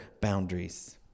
boundaries